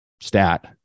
stat